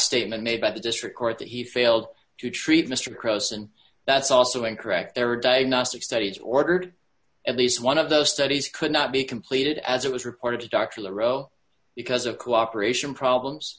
statement made by the district court that he failed to treat mr krause and that's also incorrect every day gnostic studies ordered at least one of those studies could not be completed as it was reported to dr ro because of cooperation problems